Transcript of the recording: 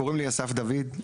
קוראים לי אסף דוד.